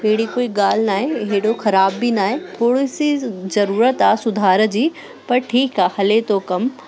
अहिड़ी कोई ॻाल्हि न आहे हेड़ो ख़राब बि न आहे थोरी सी ज़रूरत आहे सुधार जी पर ठीकु आहे हले थो कम